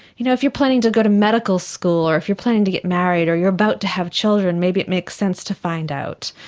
you know if you are planning to go to medical school or if you are planning to get married or you are about to have children, maybe it makes sense to find out.